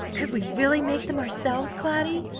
could we really make them ourselves, cloudy?